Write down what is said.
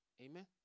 Amen